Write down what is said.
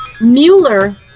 Mueller